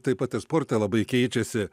taip pat ir sporte labai keičiasi